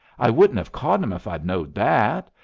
i wouldn't have caught him if i'd knowed that.